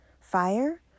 Fire